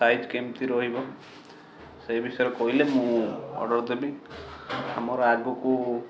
size କେମିତି ରହିବ ସେଇ ବିଷୟରେ କହିଲେ ମୁଁ ଅର୍ଡ଼ର ଦେବି ଆମର ଆଗକୁ